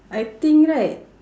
I think right